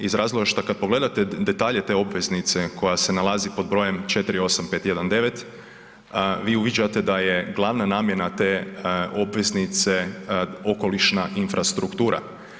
Iz razloga šta kad pogledate detalje te obveznice koja se nalazi pod br. 48519 vi uviđate da je glavna namjena te obveznice okolišna infrastruktura.